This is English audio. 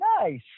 Nice